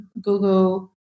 Google